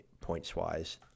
points-wise